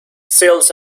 cells